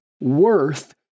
worth